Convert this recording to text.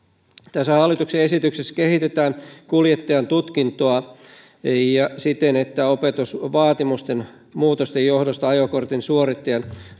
tässä hallituksen esityksessä kehitetään kuljettajantutkintoa siten että opetusvaatimusten muutosten johdosta ajokortin suorittajan